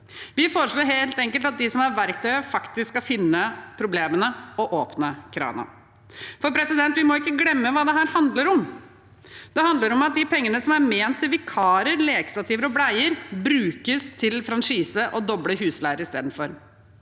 Vi foreslår helt enkelt at de som har verktøyet, faktisk skal finne problemene og åpne kranen. Vi må ikke glemme hva dette handler om. Det handler om at de pengene som er ment til vikarer, lekestativer og bleier, brukes til franchise og doble husleier i stedet.